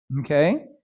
okay